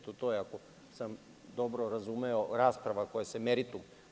To je, ako sam dobro razumeo rasprava koja se meritum.